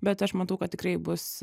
bet aš matau kad tikrai bus